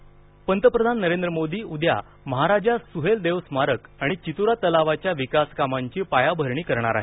सुहेलदेव पंतप्रधान नरेंद्र मोदी उद्या महाराजा सुहेलदेव स्मारक आणि चित्तुरा तलावाच्या विकासकामांची पायाभरणी करणार आहेत